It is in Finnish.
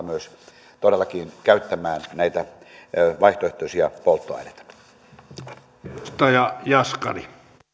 myös todellakin käyttämään näitä vaihtoehtoisia polttoaineita